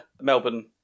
Melbourne